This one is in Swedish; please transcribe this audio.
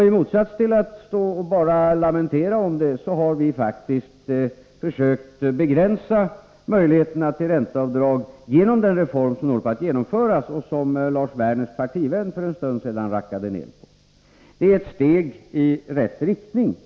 I motsats till att bara stå och lamentera över det har vi faktiskt försökt begränsa möjligheterna till ränteavdrag genom den reform som håller på att genomföras och som Lars Werners partivän för en stund sedan rackade ner på. Det är i varje fall ett steg i rätt riktning.